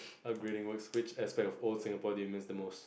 upgrading works which aspect of old Singapore do you miss the most